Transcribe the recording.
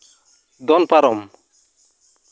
ᱫᱚᱱ ᱯᱟᱨᱚᱢ